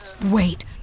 Wait